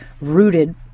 rooted